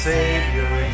Savior